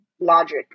logic